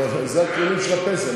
אבל זה הכללים של הפנסיה,